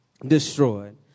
destroyed